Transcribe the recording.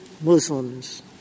Muslims